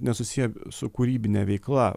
nesusiję su kūrybine veikla